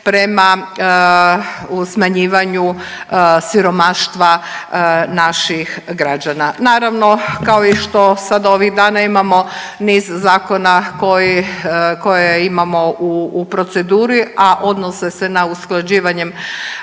prema smanjivanju siromaštva naših građana. Naravno kao i što sada ovih dana imamo niz zakona koje imamo u proceduri, a odnose se na usklađivanjem